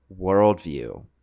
worldview